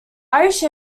irish